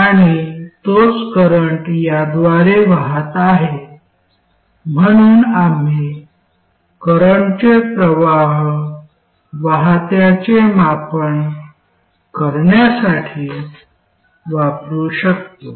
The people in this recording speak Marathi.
आणि तोच करंट याद्वारे वाहत आहे म्हणून आम्ही करंटचे प्रवाह वाहत्याचे मापन करण्यासाठी वापरू शकतो